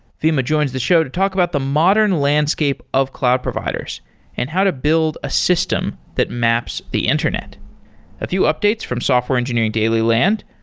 fima joins the show to talk about the modern landscape of cloud providers and how to build a system that maps the internet a few updates from software engineering daily land,